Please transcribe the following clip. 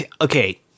Okay